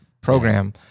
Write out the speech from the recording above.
program